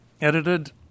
edited